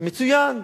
מצוין.